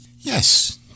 Yes